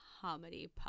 comedy